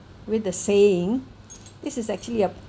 with the saying this is actually a